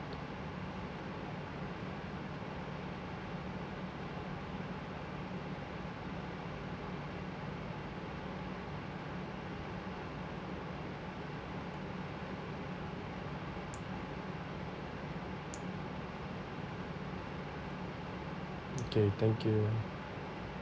okay thank you